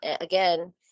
again